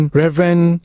reverend